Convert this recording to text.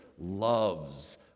loves